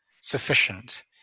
sufficient